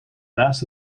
naast